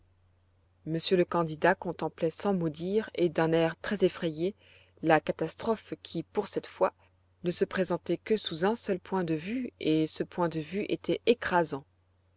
monsieur le candidat contemplait sans mot dire et l'un air très effrayé la catastrophe qui pour cette fois de se présentait que sous un seul point de vue et ce point de vue était écrasant